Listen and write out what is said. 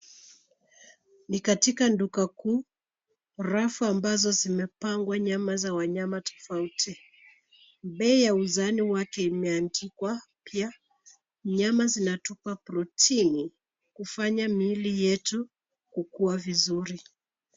Ni katika duka kuu. Rafu ambazo zimepangwa nyama za wanyama tofauti. Bei ya uzani wake imeandikwa pia. Nyama zinatupa protini, kufanya miili, yetu kukua vizuri.